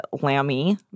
Lammy